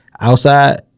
outside